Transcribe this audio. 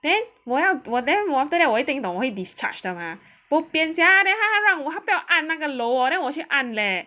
then 我要我 then after that 我懂我一定会 discharge 的 mah bopian sia then 他让我他不要按那个楼 hor then 我去按 leh